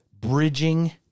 bridging